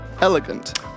elegant